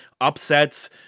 upsets